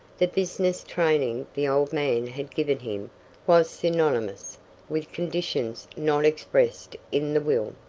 the business training the old man had given him was synonymous with conditions not expressed in the will.